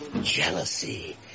jealousy